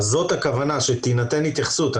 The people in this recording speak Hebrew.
זאת הכוונה, שתינתן התייחסות.